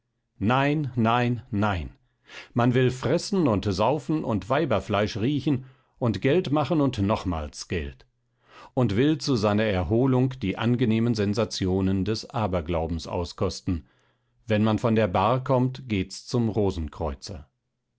nein nein nein man will fressen und saufen und weiberfleisch riechen und geld machen und nochmals geld und will zu seiner erholung die angenehmen sensationen des aberglaubens auskosten wenn man von der bar kommt geht's zum rosenkreuzer